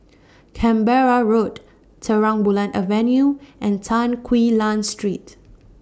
Canberra Road Terang Bulan Avenue and Tan Quee Lan Street